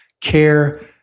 care